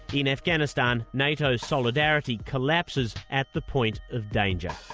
in afghanistan nato solidarity collapses at the point of danger.